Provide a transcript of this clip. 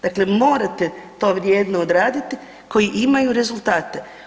Dakle, morate to vrijedno odraditi koji imaju rezultate.